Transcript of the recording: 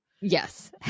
Yes